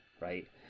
right